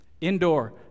Indoor